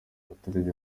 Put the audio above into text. abaturage